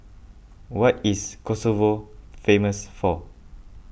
what is Kosovo famous for